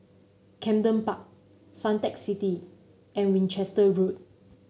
Camden Park Suntec City and Winchester Road